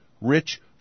rich